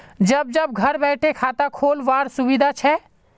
जब जब घर बैठे खाता खोल वार सुविधा छे